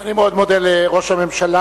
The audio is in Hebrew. אני מאוד מודה לראש הממשלה,